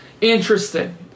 interesting